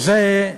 וזה,